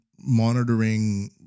monitoring